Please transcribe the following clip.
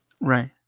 right